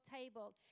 table